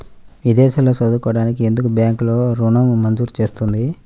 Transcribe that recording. విదేశాల్లో చదువుకోవడానికి ఎందుకు బ్యాంక్లలో ఋణం మంజూరు చేస్తుంది?